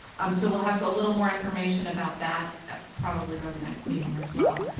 um so we'll have a little more information about that probably by the next meeting as well.